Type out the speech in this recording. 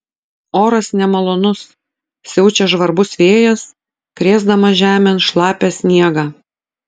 oras nemalonus siaučia žvarbus vėjas krėsdamas žemėn šlapią sniegą